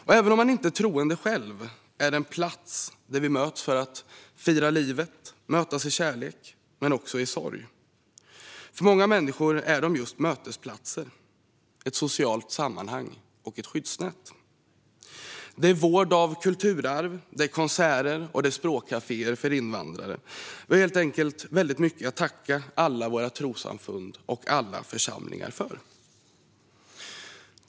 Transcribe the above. Även om man själv inte är troende är det en plats där vi möts för att fira livet och mötas i kärlek men också i sorg. För många människor är de just mötesplatser, ett socialt sammanhang och ett skyddsnät. Det är vård av kulturarv, konserter och språkkaféer för invandrare. Vi har helt enkelt väldigt mycket att tacka alla våra trossamfund och alla församlingar för.